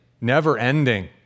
never-ending